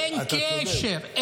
אין קשר.